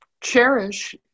cherish